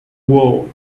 world